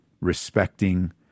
respecting